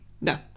No